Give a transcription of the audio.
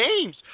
games